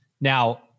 Now